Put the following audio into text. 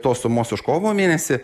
tos sumos už kovo mėnesį